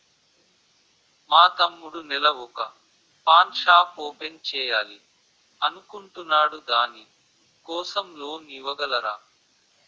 మా తమ్ముడు నెల వొక పాన్ షాప్ ఓపెన్ చేయాలి అనుకుంటునాడు దాని కోసం లోన్ ఇవగలరా?